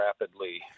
rapidly